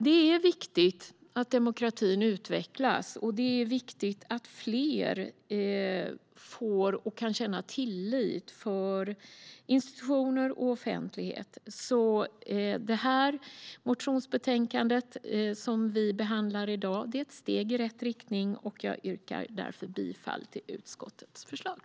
Det är viktigt att demokratin utvecklas, och det är viktigt att fler kan känna tillit till institutioner och offentlighet. Det motionsbetänkande vi behandlar i dag är ett steg i rätt riktning. Jag yrkar därför bifall till utskottets förslag.